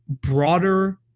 broader